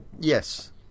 Yes